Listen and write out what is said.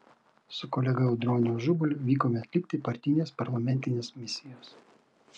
su kolega audroniu ažubaliu vykome atlikti partinės parlamentinės misijos